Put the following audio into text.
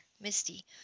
Misty